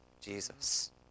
Jesus